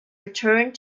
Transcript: returned